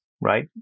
right